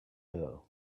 her